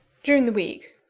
during the week,